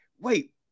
wait